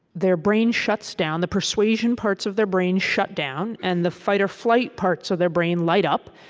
their brain shuts down. the persuasion parts of their brain shut down, and the fight-or-flight parts of their brain light up.